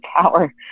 power